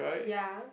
ya